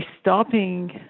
stopping